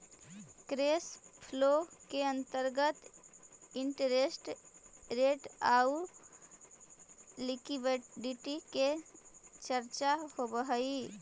cash flow के अंतर्गत interest rate आउ लिक्विडिटी के चर्चा होवऽ हई